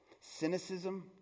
cynicism